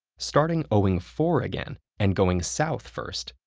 starting owing four again and going south first,